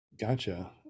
Gotcha